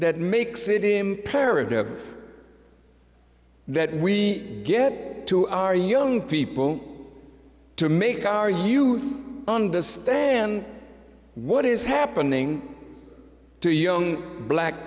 that makes it imperative that we get to our young people to make our youth understand what is happening to young black